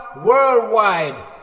Worldwide